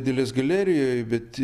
dailės galerijoj bet